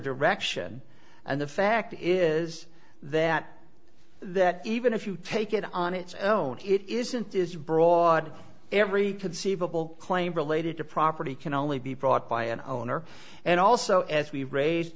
direction and the fact is that that even if you take it on its own it isn't is broad every conceivable claim related to property can only be brought by an owner and also as we raise